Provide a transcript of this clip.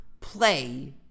play